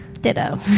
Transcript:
Ditto